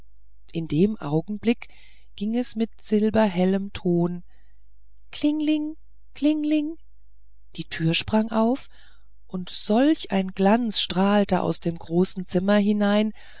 in dem augenblick ging es mit silberhellem ton klingling klingling die türen sprangen auf und solch ein glanz strahlte aus dem großen zimmer hinein